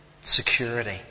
security